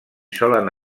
solen